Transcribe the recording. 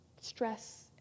stress